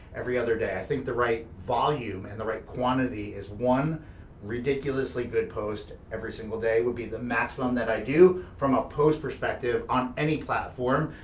every other day. i think the right volume and the right quantity is one ridiculously good post every single day, would be the maximum that i do, from a post perspective on any platform,